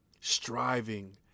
striving